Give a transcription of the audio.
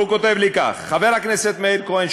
והוא כותב לי כך: חבר הכנסת מאיר כהן,